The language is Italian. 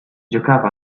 giocava